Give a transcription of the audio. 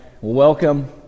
welcome